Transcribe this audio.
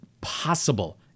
possible